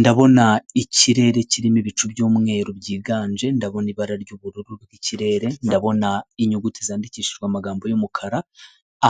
Ndabona ikirere kirimo ibicu by'umweru byiganje ndabona ibara ry'ubururu bw'ikirere ndabona inyuguti zandikishijwe amagambo y'umukara